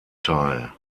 teil